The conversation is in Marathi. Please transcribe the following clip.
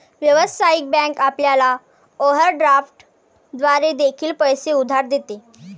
व्यावसायिक बँक आपल्याला ओव्हरड्राफ्ट द्वारे देखील पैसे उधार देते